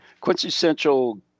quintessential